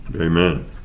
Amen